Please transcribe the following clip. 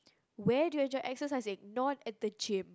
where do you enjoy exercising not at the gym